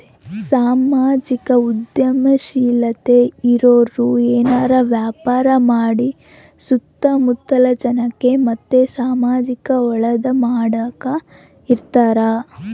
ಸಾಮಾಜಿಕ ಉದ್ಯಮಶೀಲತೆ ಇರೋರು ಏನಾರ ವ್ಯಾಪಾರ ಮಾಡಿ ಸುತ್ತ ಮುತ್ತಲ ಜನಕ್ಕ ಮತ್ತೆ ಸಮಾಜುಕ್ಕೆ ಒಳ್ಳೇದು ಮಾಡಕ ಇರತಾರ